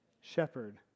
shepherd